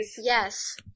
Yes